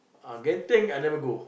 ah Genting I never go